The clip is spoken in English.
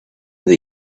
that